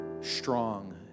strong